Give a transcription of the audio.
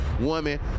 woman